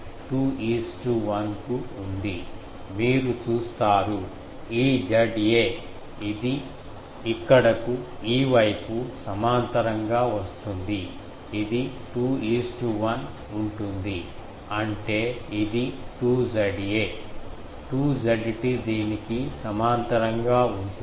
మీరు చూస్తారు ఈ Za అది ఇక్కడకు ఈ వైపు సమాంతరంగా వస్తుంది ఇది 2 1 ఉంటుంది అంటే ఇది 2Za 2Zt దీనికి సమాంతరంగా ఉంటుంది